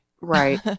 Right